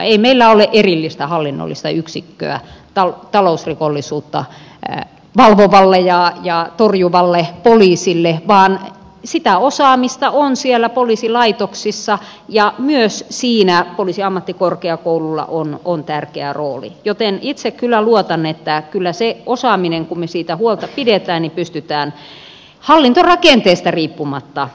ei meillä ole erillistä hallinnollista yksikköä talousrikollisuutta valvovalle ja torjuvalle poliisille vaan sitä osaamista on siellä poliisilaitoksissa ja myös siinä on poliisiammattikorkeakoululla tärkeä rooli joten itse kyllä luotan että kyllä se osaaminen kun me siitä huolta pidämme pystytään hallintorakenteesta riippumatta järjestämään